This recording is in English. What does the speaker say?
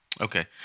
Okay